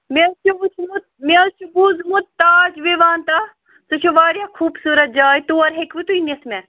مےٚ حظ چھِ وٕچھمُت مےٚ حظ چھُ بوٗزمُت تاج وِوانتاہ سُہ چھُ واریاہ خوٗبصوٗرت جاے تور ہیٚکوٕ تُہۍ نِتھ مےٚ